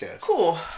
Cool